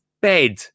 bed